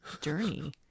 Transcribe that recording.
journey